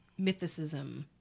mythicism